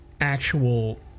actual